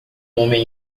homem